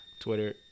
Twitter